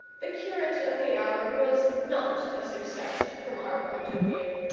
the curate of the hour was not a success, from our point of view.